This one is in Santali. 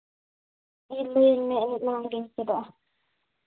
ᱦᱮᱸ ᱞᱟᱹᱭ ᱢᱮ ᱮᱱᱮᱡ ᱢᱟᱲᱟᱝ ᱜᱮᱧ ᱪᱮᱫᱚᱜᱼᱟ